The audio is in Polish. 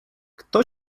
kto